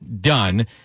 done